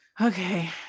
Okay